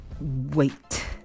Wait